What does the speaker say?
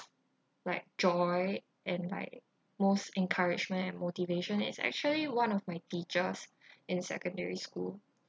like joy and like most encouragement and motivation is actually one of my teachers in secondary school